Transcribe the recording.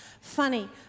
funny